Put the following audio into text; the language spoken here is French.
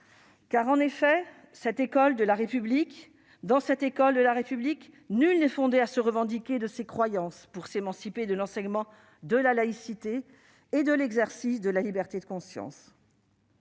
Car, en effet, dans cette école de la République, nul n'est fondé à se revendiquer de ses croyances pour s'émanciper de l'enseignement de la laïcité et de l'exercice de la liberté de conscience.